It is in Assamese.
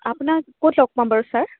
আপোনাক ক'ত লগ পাম বাৰু ছাৰ